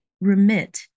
remit